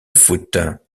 football